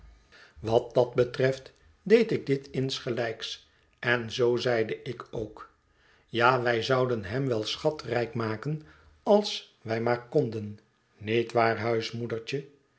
wat dat betreft deed ik dit insgelijks en zoo zeide ik ook ja wij zouden hem wel schatrijk maken als wij maar konden niet waar